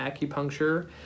acupuncture